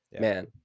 man